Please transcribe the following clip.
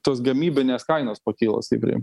tos gamybinės kainos pakilo stipriai